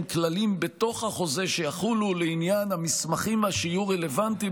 כללים בתוך החוזה שיחולו לעניין המסמכים שיהיו רלוונטיים